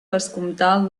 vescomtal